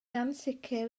ansicr